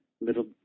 little